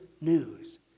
news